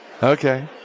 Okay